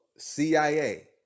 CIA